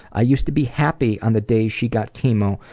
i used to be happy on the day she got chemo,